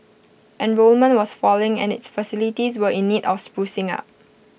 enrolment was falling and its facilities were in need of sprucing up